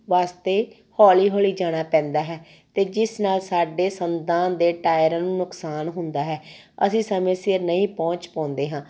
ਵਾਸਤੇ ਹੌਲੀ ਹੌਲੀ ਜਾਣਾ ਪੈਂਦਾ ਹੈ ਅਤੇ ਜਿਸ ਨਾਲ ਸਾਡੇ ਸੰਦਾਂ ਦੇ ਟਾਇਰਾਂ ਨੂੰ ਨੁਕਸਾਨ ਹੁੰਦਾ ਹੈ ਅਸੀਂ ਸਮੇਂ ਸਿਰ ਨਹੀਂ ਪਹੁੰਚ ਪਾਉਂਦੇ ਹਾਂ